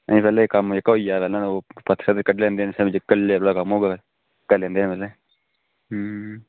ते पैह्लें कम्म एह्का होई जा ते ओह् पत्थरै दा फ्ही कड्ढी लैंदे न